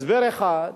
הסבר אחד,